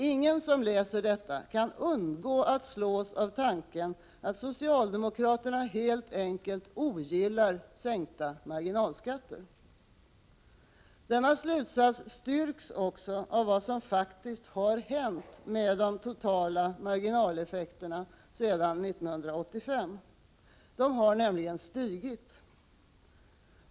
Ingen som läser detta kan undgå att slås av tanken att socialdemokraterna helt enkelt inte gillar en sänkning av marginalskatterna. Denna slutsats styrks också av vad som faktiskt har hänt med de totala marginaleffekterna sedan 1985. De har nämligen stigit.